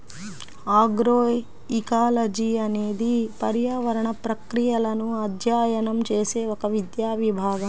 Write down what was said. agroecology అనేది పర్యావరణ ప్రక్రియలను అధ్యయనం చేసే ఒక విద్యా విభాగం